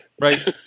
Right